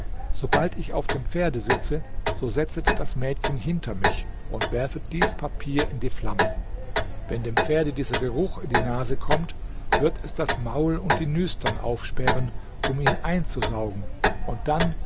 sobald ich auf dem pferde sitze so setzet das mädchen hinter mich und werfet dies papier in die flammen wenn dem pferde dieser geruch in die nase kommt wird es das maul und die nüstern aufsperren um ihn einzusaugen und dann